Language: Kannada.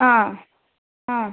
ಆಂ ಆಂ